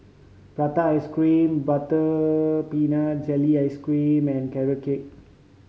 prata ice cream butter peanut jelly ice cream and Carrot Cake